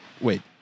wait